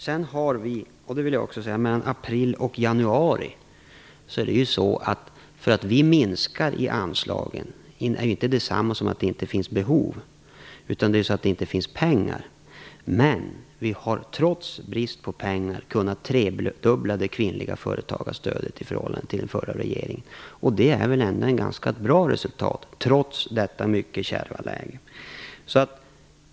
Rose-Marie Frebran sade att regeringen gjorde en annan bedömning i april än den gjorde i januari. Vi minskar inte anslagen på grund av att det inte finns behov, utan det är så att det inte finns pengar. Men vi har trots brist på pengar kunnat tredubbla företagarstödet till kvinnor i förhållande till vad den förra regeringen gjorde. Det är väl ändå ett ganska bra resultat, trots detta mycket kärva läge.